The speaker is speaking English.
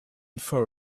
for